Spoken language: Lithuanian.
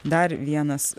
dar vienas